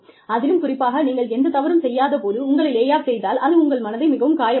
அதிலும் குறிப்பாக நீங்கள் எந்த தவறும் செய்யாத போது உங்களை லே ஆஃப் செய்தால் அது உங்கள் மனதை மிகவும் காயப்படுத்தும்